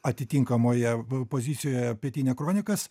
atitinkamoje pozicijoje pietinia kronikas